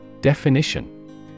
Definition